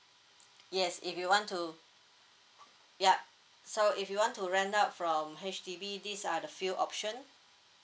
yes if you want to yup so if you want to rent out from H_D_B these are the few option